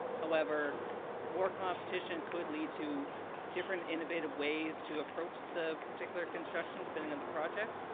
however more competition could lead to different innovative ways to approach the particular construction depending on the projects.